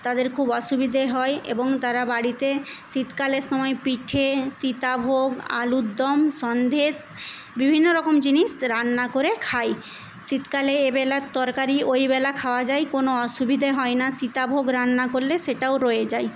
তাদের খুব অসুবিধে হয় এবং তারা বাড়িতে শীতকালের সময় পীঠে সীতাভোগ আলুর দম সন্দেশ বিভিন্নরকম জিনিস রান্না করে খায় শীতকালে এবেলার তরকারি ওই বেলা খাওয়া যায় কোনো অসুবিধে হয় না সীতাভোগ রান্না করলে সেটাও রয়ে যায়